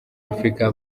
afurika